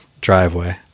driveway